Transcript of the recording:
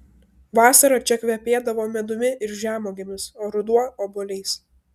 vasara čia kvepėdavo medumi ir žemuogėmis o ruduo obuoliais